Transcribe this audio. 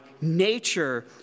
nature